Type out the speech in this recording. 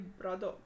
brother